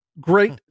Great